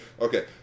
Okay